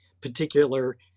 particular